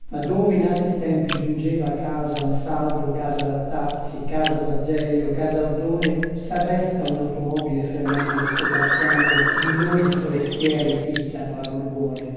dove in altri tempi giungeva casa ansaldo casa rattazzi casa dazeglio casa oddone sarresta un automobile fremendo e sobbalzando villosi forestieri picchiano la gorgòne